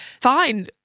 fine